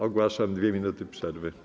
Ogłaszam 2 minuty przerwy.